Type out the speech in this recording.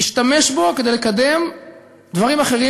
להשתמש בו כדי לקדם דברים אחרים,